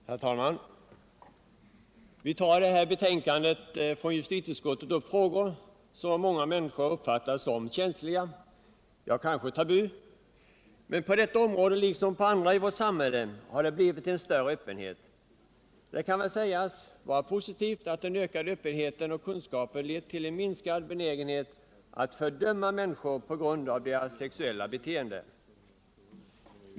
Herr talman! Vi tar i det här betänkandet från justitieutskottet upp frågor som av många människor uppfattas som känsliga — ja, kanske som tabu. Men på detta område liksom på andra i vårt samhälle har det blivit en större öppenhet. Det kan väl sägas vara positivt att den ökade öppenheten och kunskapen lett till en minskad benägenhet att fördöma människor på grund av deras sexuella beteende.